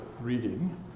reading